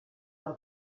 del